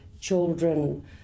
children